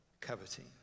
coveting